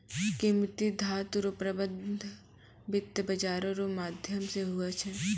कीमती धातू रो प्रबन्ध वित्त बाजारो रो माध्यम से हुवै छै